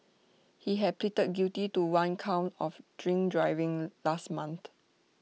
he had pleaded guilty to one count of drink driving last month